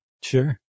sure